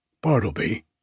Bartleby